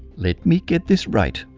let me get this right.